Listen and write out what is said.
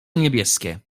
niebieskie